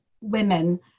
women